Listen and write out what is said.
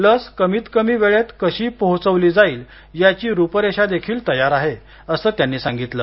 लस कमीतकमी वेळेत कशी पोहोचवली जाईल याची रुपरेषा देखील तयार आहे असंही त्यांनी सांगितलं